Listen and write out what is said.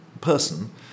person